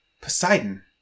Poseidon